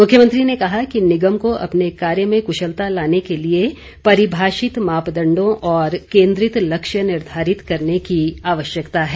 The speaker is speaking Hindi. मुख्यमंत्री ने कहा कि निगम को अपने कार्य में कुशलता लाने के लिए परिभाषित मापदण्डों और केन्द्रित लक्ष्य निर्धारित करने की आवश्यकता है